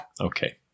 okay